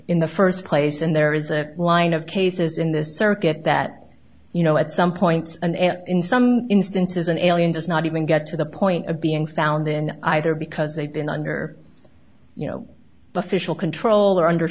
in the first place and there is a line of cases in this circuit that you know at some point and in some instances an alien does not even get to the point of being found in either because they've been under you know but fishel control or under